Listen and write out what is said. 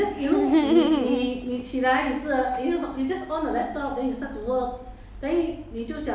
ya lor so I say lor now you lazy lor